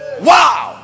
Wow